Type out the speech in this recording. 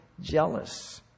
jealous